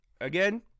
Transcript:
again